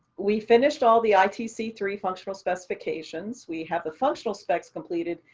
we finished all the i t c three functional specifications, we have the functional specs completed.